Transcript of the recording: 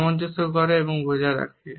সামঞ্জস্য করে এবং বজায় রাখে